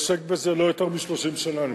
אני עוסק בזה לא יותר מ-30 שנה,